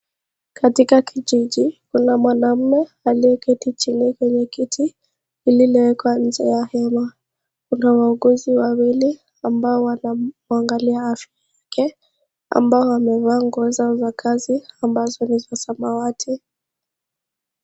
Katika, kijiji, kuna mwanaume aliyeketi chini kwenye keti iliyowekwa nje ya hema .Kuna wauguzi wawili ambao wanamwangalia afya yake, ambao wamevaa nguo zao za kazi, ambazo ni za samawati.